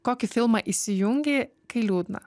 kokį filmą įsijungi kai liūdna